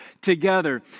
together